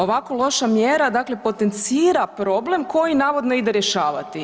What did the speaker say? Ovako loša mjera, dakle potencira problem koji navodno ide rješavati.